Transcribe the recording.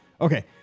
Okay